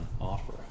offer